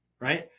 right